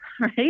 right